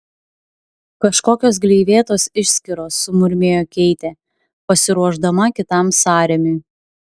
kažkokios gleivėtos išskyros sumurmėjo keitė pasiruošdama kitam sąrėmiui